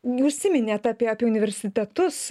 užsiminėt apie apie universitetus